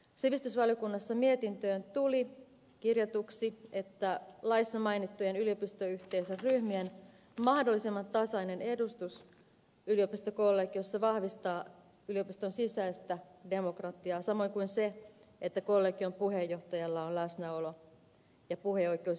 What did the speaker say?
sivistysvaliokunnassa mietintöön tuli kirjatuksi että laissa mainittujen yliopistoyhteisöryhmien mahdollisimman tasainen edustus yliopistokollegiossa vahvistaa yliopiston sisäistä demokratiaa samoin kuin se että kollegion puheenjohtajalla on läsnäolo ja puheoikeus yliopiston hallituksen kokouksissa